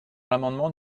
l’amendement